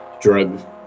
drug